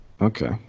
okay